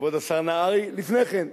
כבוד השר נהרי, לפני כן.